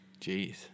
Jeez